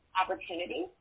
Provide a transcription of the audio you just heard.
opportunity